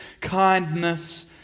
kindness